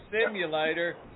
simulator